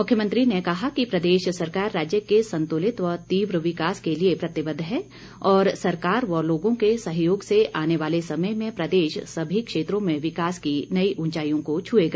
मुख्यमंत्री ने कहा कि प्रदेश सरकार राज्य के संतुलित व तीव्र विकास के लिए प्रतिबद्ध है और सरकार व लोगों के सहयोग से आने वाले समय में प्रदेश सभी क्षेत्रों में विकास की नई उंचाईयों को छुऐगा